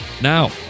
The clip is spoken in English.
Now